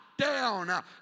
down